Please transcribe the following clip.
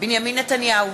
בנימין נתניהו,